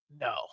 No